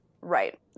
Right